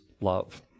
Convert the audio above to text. love